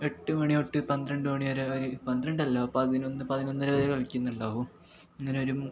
എട്ടു മണിതൊട്ട് പന്ത്രണ്ട് മണിവരെ പന്ത്രണ്ടല്ല പതിനൊന്ന് പതിനൊന്നരവരെ കളിക്കുന്നുണ്ടാകും ഇങ്ങനെ ഒരു